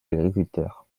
agriculteurs